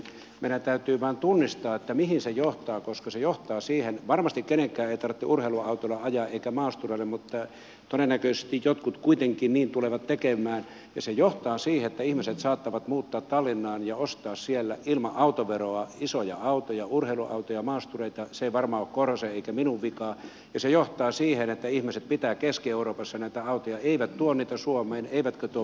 meidän täytyy vain tunnistaa mihin se johtaa koska se johtaa siihen varmasti kenenkään ei tarvitse urheiluautoilla ajaa eikä maastureilla mutta todennäköisesti jotkut kuitenkin niin tulevat tekemään että ihmiset saattavat muuttaa tallinnaan ja ostaa sieltä ilman autoveroa isoja autoja urheiluautoja maastureita se ei varmaan ole korhosen eikä minun vika ja se johtaa siihen että ihmiset pitävät keski euroopassa näitä autoja eivät tuo niitä suomeen eivätkä tuo veroeuroja suomeen